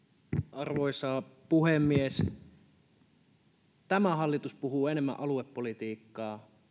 arvoisa puhemies tämä hallitus puhuu enemmän aluepolitiikkaa